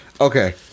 Okay